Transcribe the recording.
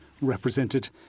represented